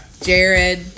Jared